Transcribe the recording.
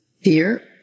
Fear